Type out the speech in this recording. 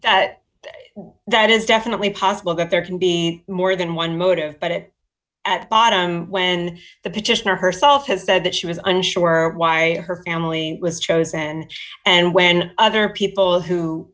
that that is definitely possible that there can be more than one motive but it at bottom when the petitioner herself has said that she was unsure why her family was chosen and when other people who